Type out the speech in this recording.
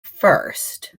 first